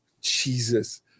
Jesus